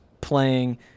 playing